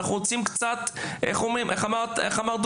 או כמו שדודי אמר: